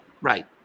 Right